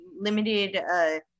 limited